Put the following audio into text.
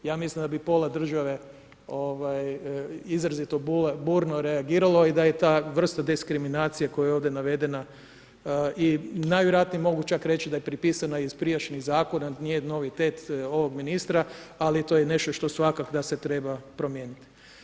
Ja mislim da bi pola države, izrazito burno reagiralo i da je ta vrsta diskriminacije koja je ovdje navedena i najvjerojatnije mogu čak reći da je prepisana iz prijašnjih zakona, nije novitet novog ministra, ali to je nešto svakako da se treba promijeniti.